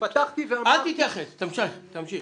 אל תתייחס, תמשיך.